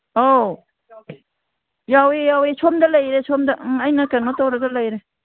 ꯑꯧ ꯌꯥꯎꯋꯦ ꯌꯥꯎꯋꯦ ꯁꯣꯝꯗ ꯂꯩꯔꯦ ꯁꯣꯝꯗ ꯎꯝ ꯑꯩꯅ ꯀꯩꯅꯣ ꯇꯧꯔꯒ ꯂꯩꯔꯦ